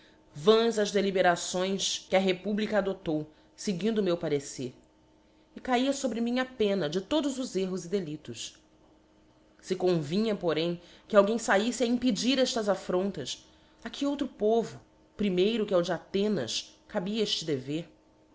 vãs as deliberações que a republica adoptou feguindo o rxieu parecer e caia febre mim a pena de todos os erros e deliélos se convinha porém que alguém failtc a impedir eftas affrontas a que outro povo primeiro que ao de athenas cabia eíle dever